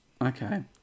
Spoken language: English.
Okay